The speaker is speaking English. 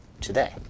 today